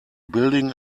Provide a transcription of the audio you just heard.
building